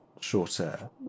shorter